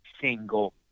single